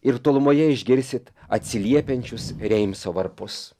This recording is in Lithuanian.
ir tolumoje išgirsit atsiliepiančius reimso varpus